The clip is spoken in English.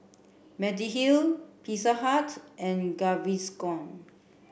Mediheal Pizza Hut and Gaviscon